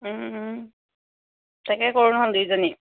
তাকে কৰোঁ নহয় দুইজনীয়ে